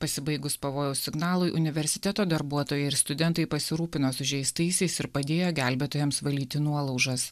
pasibaigus pavojaus signalui universiteto darbuotojai ir studentai pasirūpino sužeistaisiais ir padėjo gelbėtojams valyti nuolaužas